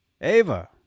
Ava